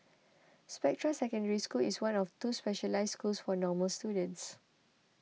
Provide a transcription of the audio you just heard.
Spectra Secondary School is one of two specialised schools for normal students